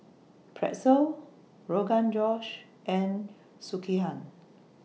Pretzel Rogan Josh and Sekihan